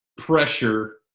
pressure